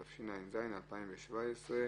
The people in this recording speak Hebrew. התשע"ז-2017,